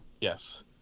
Yes